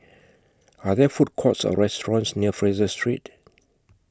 Are There Food Courts Or restaurants near Fraser Street